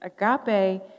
Agape